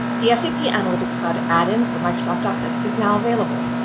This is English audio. the sap yeah analytics cloud add-in for microsoft office is now available.